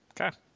Okay